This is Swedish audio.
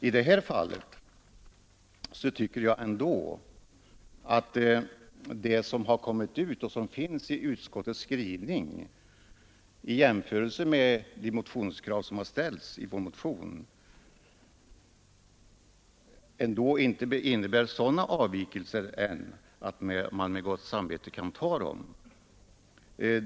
I detta fall tycker jag att skillnaden mellan utskottets skrivning och våra motionskrav inte är större än att vi med gott samvete kan följa utskottet.